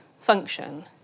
function